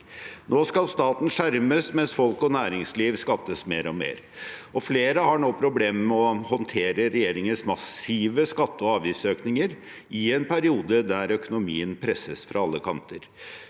Nå skal staten skjermes, mens folk og næringsliv skattes mer og mer. Flere har nå problemer med å håndtere regjeringens massive skatte- og avgiftsøkninger, i en periode der økonomien presses fra alle kanter.